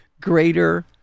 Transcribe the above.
greater